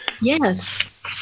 Yes